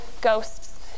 ghosts